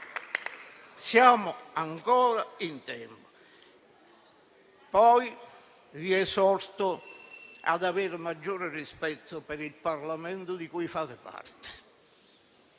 siamo ancora in tempo. Vi esorto poi ad avere maggiore rispetto per il Parlamento di cui fate parte.